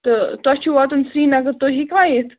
تہٕ تۄہہِ چھُو واتُن سریٖنَگر تُہۍ ہیٚکوا یِتھ